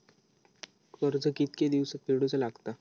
कर्ज कितके दिवसात फेडूचा लागता?